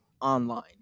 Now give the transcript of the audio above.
online